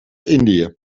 indië